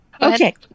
Okay